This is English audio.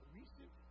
recent